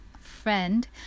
friend